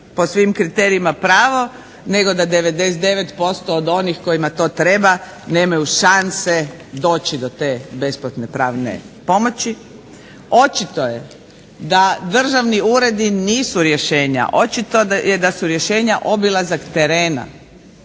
po svim kriterijima pravo, nego da 99% od onih kojima to treba nemaju šanse doći do te pravne pomoći. Očito je da državni uredi nisu rješenja, očito je da su rješenja obilazak terena,